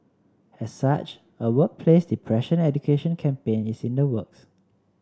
as such a workplace depression education campaign is in the works